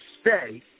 stay